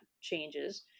changes